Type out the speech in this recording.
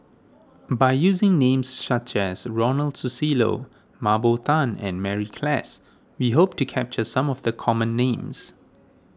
by using names such as Ronald Susilo Mah Bow Tan and Mary Klass we hope to capture some of the common names